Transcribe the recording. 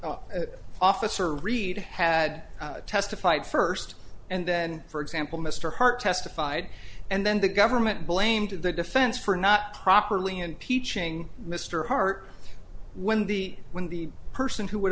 well officer reid had testified first and then for example mr hart testified and then the government blamed the defense for not properly and peaching mr hart when the when the person who would